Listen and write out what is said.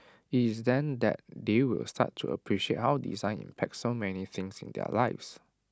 IT is then that they will start to appreciate how design impacts so many things in their lives